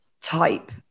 type